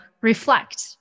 reflect